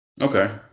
Okay